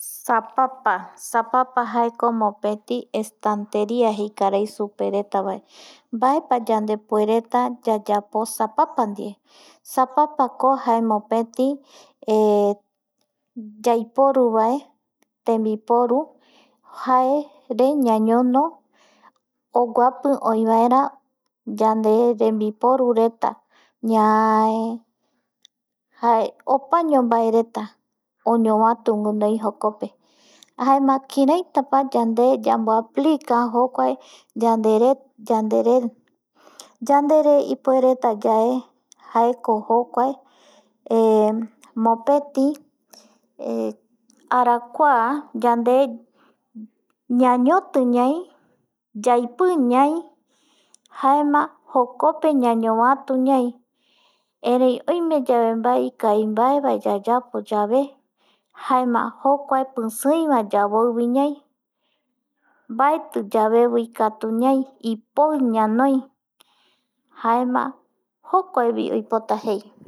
Sapapa, sapapa ko jae mopeti estanteria jei karai supe reta va mbae pa yandepuereta yayapo sapapa ndie sapapa ko jae mopeti yaiporu vae tembiporu jaere ñañono oguapi oi vaera yande rembiporu reta ñae jae opaño vae reta oñovati gunoi jokope jaema kireita pa yande ya mo aplica jokua yandere yande puere yae jae ko jokua mopeti arakua yande ñañoti ñai yaipi ñai jaema jokope ñañovati ñai erei oime yave vae ikavimbae va yayapo yave jokua pisii ñanooi ñai ipoi jaema jokua vi oipota jei.